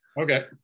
Okay